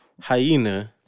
hyena